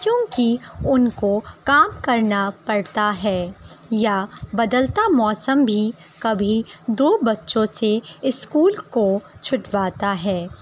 کیونکہ ان کو کام کرنا پڑتا ہے یا بدلتا موسم بھی کبھی دو بچوں سے اسکول کو چھٹواتا ہے